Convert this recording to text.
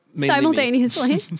Simultaneously